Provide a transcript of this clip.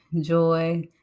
joy